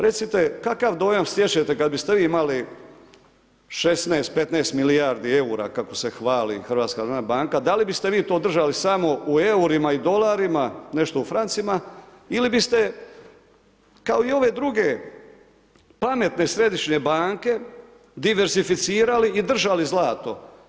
Recite kakav dojam stječete kad biste vi imali 16, 15 milijardi eura kako se hvali HNB da li biste vi to držali samo u eurima i dolarima, nešto u francima ili biste kao i ove druge pametne Središnje banke diverzificirali i držali zlato.